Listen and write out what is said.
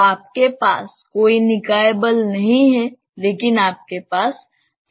तो आपके पास कोई निकाय बल नहीं है लेकिन आपके पास त्वरण है